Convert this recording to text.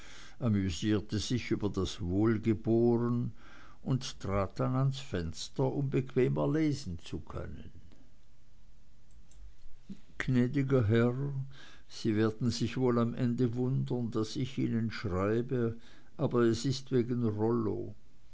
amüsierte sich über das wohlgeboren und trat dann ans fenster um bequemer lesen zu können gnäd'ger herr sie werden sich wohl am ende wundern daß ich ihnen schreibe aber es ist wegen rollo